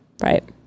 right